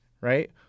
right